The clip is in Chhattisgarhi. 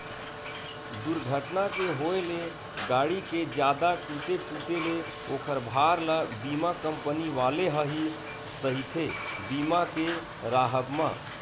दूरघटना के होय ले गाड़ी के जादा टूटे फूटे ले ओखर भार ल बीमा कंपनी वाले ह ही सहिथे बीमा के राहब म